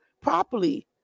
properly